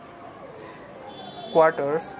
Quarters